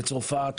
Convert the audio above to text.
לצרפת,